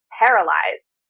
paralyzed